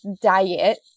diet